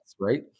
right